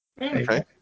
okay